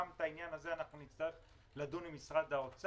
גם בעניין הזה אנחנו נצטרך לדון עם משרד האוצר.